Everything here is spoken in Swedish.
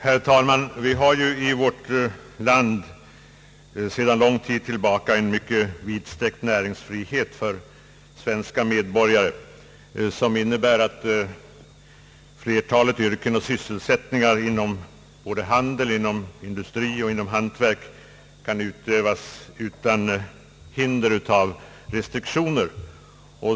Herr talman! Vi har ju i vårt land sedan lång tid en mycket vidsträckt näringsfrihet, innebärande att flertalet yrken och sysselsättningar inom handel, industri och hantverk kan utövas utan hinder av restriktioner.